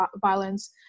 violence